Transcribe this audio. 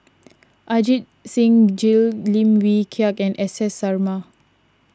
Ajit Singh Gill Lim Wee Kiak and S S Sarma